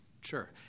Sure